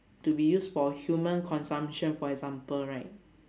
to be used for human consumption for example right